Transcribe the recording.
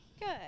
Good